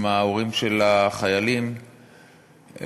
עם ההורים של החיילים הלוחמים,